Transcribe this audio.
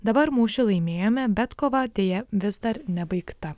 dabar mūšį laimėjome bet kova deja vis dar nebaigta